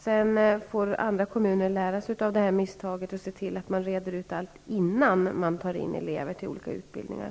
Sedan får andra kommuner ta lärdom av det här misstaget och se till att allting reds ut innan man tar in elever till olika utbildningar.